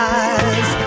eyes